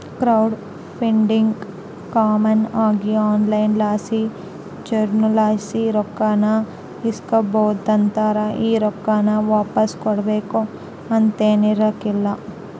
crowd funding common ಆಗಿ online ಲಾಸಿ ಜನುರ್ಲಾಸಿ ರೊಕ್ಕಾನ ಇಸ್ಕಂಬತಾರ, ಈ ರೊಕ್ಕಾನ ವಾಪಾಸ್ ಕೊಡ್ಬಕು ಅಂತೇನಿರಕ್ಲಲ್ಲ